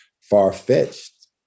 far-fetched